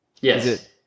Yes